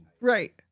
Right